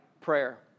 prayer